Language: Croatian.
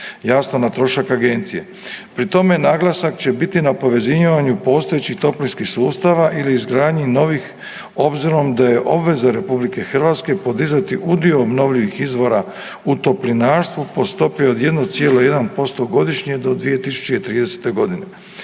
jasno na trošak agencije. Pri tome naglasak će biti na povezivanju postojećih toplinskih sustava ili izgradnji novih obzirom da je obveza RH podizati udio obnovljivih izvora u Toplinarstvu po stopi od 1,1% godišnje do 2030.g..